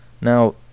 Now